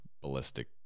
ballistic